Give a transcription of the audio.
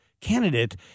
candidate